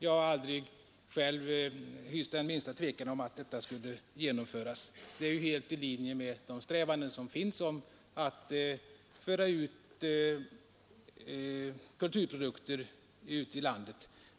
Jag har aldrig själv hyst minsta tvivel om att detta skulle genomföras — insinuationer om att löften skulle svikas har jag inte tagit på allvar. Det är ju helt i linje med de strävanden som finns att föra ut kulturprodukter i landet.